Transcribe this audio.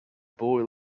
boy